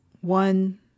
one